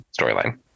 storyline